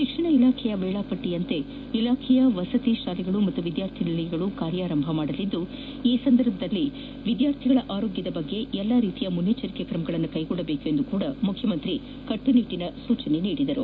ಶಿಕ್ಷಣ ಇಲಾಖೆ ವೇಳಾಪಟ್ಟಿಯಂತೆ ಇಲಾಖೆಯ ವಸತಿ ಶಾಲೆಗಳು ಹಾಗೂ ವಿದ್ಯಾರ್ಥಿ ನಿಲಯಗಳು ಕಾರ್ಯಾರಂಭ ಮಾಡಲಿದ್ದು ಈ ಸಂದರ್ಭದಲ್ಲಿ ವಿದ್ಯಾರ್ಥಿಗಳ ಆರೋಗ್ಯದ ಕುರಿತು ಎಲ್ಲ ರೀತಿಯ ಮುನ್ನೆಚ್ಚರಿಕೆಯ ಕ್ರಮಗಳನ್ನು ಕೈಗೊಳ್ಳುವಂತೆ ಮುಖ್ಯಮಂತ್ರಿ ಅವರು ಕಟ್ಟುನಿಟ್ಟಿನ ಸೂಚನೆ ನೀಡಿದರು